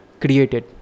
created